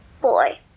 Boy